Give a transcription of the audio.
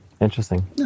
Interesting